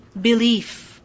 belief